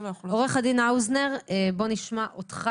עורך הדין האוזנר, בוא נשמע אותך.